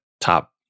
top